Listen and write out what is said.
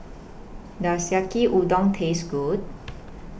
Does Yaki Udon Taste Good